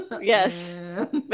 Yes